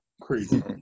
Crazy